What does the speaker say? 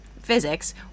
physics